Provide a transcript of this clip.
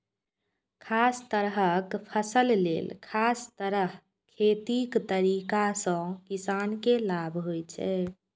खास तरहक फसल लेल खास तरह खेतीक तरीका सं किसान के लाभ होइ छै